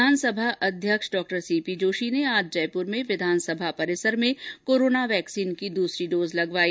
विधानसभा अध्यक्ष Dr CP Joshi ने आज जयप्र में विधान सभा परिसर में कोरोना वैक्सीन की दूसरी डोज लगवाई